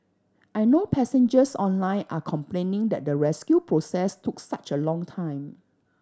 I know passengers online are complaining that the rescue process took such a long time